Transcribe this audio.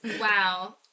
wow